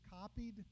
copied